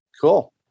Cool